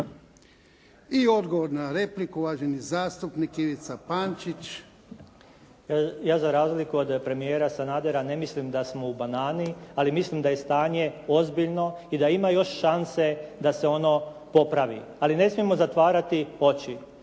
I odgovor na repliku uvaženi zastupnik Ivica Pančić. **Pančić, Ivica (SDP)** Ja za razliku od premijera Sanadera ne mislim da smo u banani ali mislim da je stanje ozbiljno i da ima još šanse da se ono popravi. Ali ne smijemo zatvarati oči.